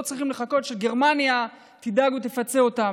לא צריך לחכות שגרמניה תדאג ותפצה אותם.